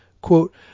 Quote